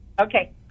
Okay